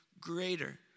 greater